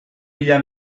mila